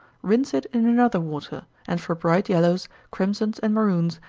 rinse it in another water, and for bright yellows, crimsons, and maroons,